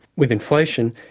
with inflation.